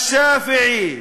אלשאפעי,